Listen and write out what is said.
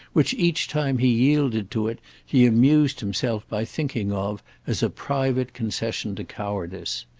which each time he yielded to it he amused himself by thinking of as a private concession to cowardice.